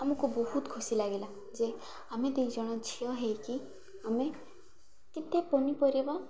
ଆମକୁ ବହୁତ ଖୁସି ଲାଗିଲା ଯେ ଆମେ ଦୁଇ ଜଣ ଝିଅ ହେଇକି ଆମେ କେତେ ପନିପରିବା